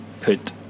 put